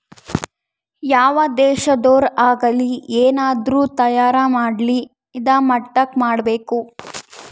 ಯಾವ್ ದೇಶದೊರ್ ಆಗಲಿ ಏನಾದ್ರೂ ತಯಾರ ಮಾಡ್ಲಿ ಇದಾ ಮಟ್ಟಕ್ ಮಾಡ್ಬೇಕು